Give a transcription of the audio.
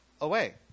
away